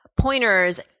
pointers